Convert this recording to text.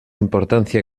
importancia